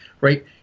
right